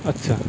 अच्छा